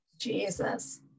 Jesus